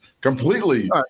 completely